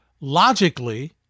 logically